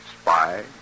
spy